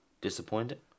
disappointed